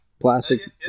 Plastic